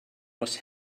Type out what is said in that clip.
was